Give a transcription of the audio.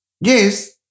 Yes